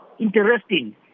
interesting